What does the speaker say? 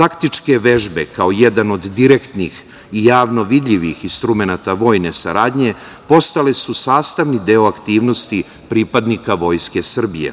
Taktičke vežbe kao jedan od direktnih i javno vidljivih instrumenata vojne saradnje postale su sastavni deo aktivnosti pripadnika Vojske Srbije,